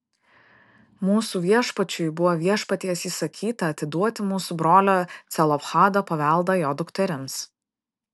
mūsų viešpačiui buvo viešpaties įsakyta atiduoti mūsų brolio celofhado paveldą jo dukterims